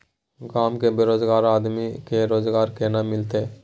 गांव में बेरोजगार आदमी के रोजगार केना मिलते?